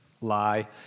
Lie